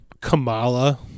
Kamala